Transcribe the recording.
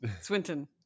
Swinton